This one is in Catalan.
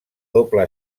doble